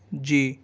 جی